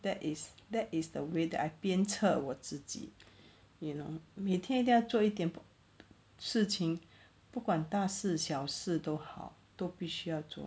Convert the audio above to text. that is that is the way that I 鞭策我自己 you know 每天都要做一点事情不管大事小事都好都必须要做